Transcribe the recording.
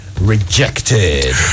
rejected